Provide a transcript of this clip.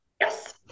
Yes